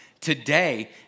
today